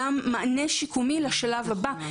גם תיתן מענה שיקומי לשלב הבא.